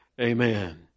Amen